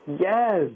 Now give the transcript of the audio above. Yes